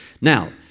Now